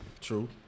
True